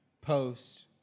post